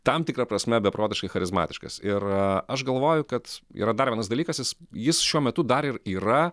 tam tikra prasme beprotiškai charizmatiškas ir aš galvoju kad yra dar vienas dalykas jis jis šiuo metu dar ir yra